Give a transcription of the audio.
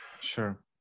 sure